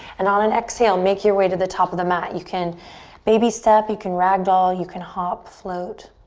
and on an exhale, make your way to the top of the mat. you can baby step, you can ragdoll, you can hop, float.